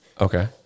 okay